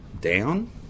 down